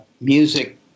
music